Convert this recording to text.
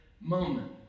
moment